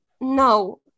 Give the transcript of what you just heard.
No